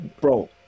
bro